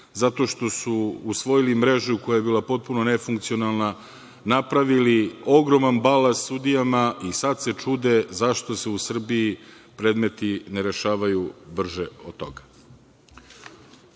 zato što su usvojili mrežu koja je bila potpuno nefunkcionalna, napravili ogroman balast sudijama i sada se čude zašto se u Srbiji predmeti ne rešavaju brže od toga. Biće